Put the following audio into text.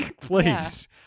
please